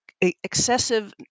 Excessive